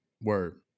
word